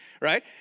right